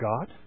God